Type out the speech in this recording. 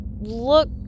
look